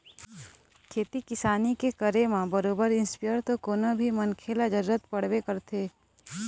खेती किसानी के करे म बरोबर इस्पेयर तो कोनो भी मनखे ल जरुरत पड़बे करथे